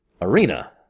Arena